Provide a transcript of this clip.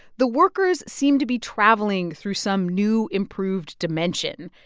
the workers seemed to be traveling through some new, improved dimension.